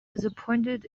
disappointed